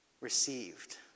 received